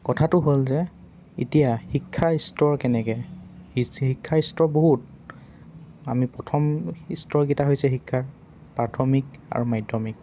কথাটো হ'ল যে এতিয়া শিক্ষাৰ স্তৰ কেনেকৈ শিক্ষাৰ স্তৰ বহুত আমি প্ৰথম স্তৰকেইটা হৈছে শিক্ষাৰ প্ৰাথমিক আৰু মাধ্যমিক